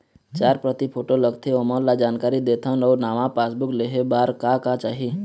चार प्रति फोटो लगथे ओमन ला जानकारी देथन अऊ नावा पासबुक लेहे बार का का चाही?